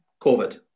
Covid